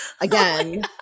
again